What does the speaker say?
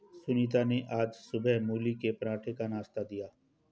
सुनीता ने आज सुबह मूली के पराठे का नाश्ता दिया